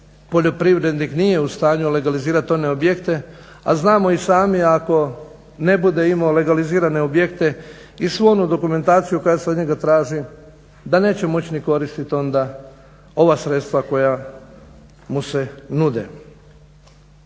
poljoprivrednik nije u stanju legalizirati one objekte. A znamo i sami ako ne bude imao legalizirane objekte i svu onu dokumentaciju koja se od njega traži da neće moći ni koristiti onda ova sredstva koja mu se nude.